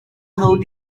how